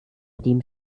dem